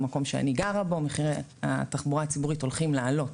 במקום שאני גרה בו מחירי התחבורה הציבורית הולכים לעלות.